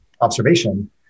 observation